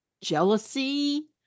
jealousy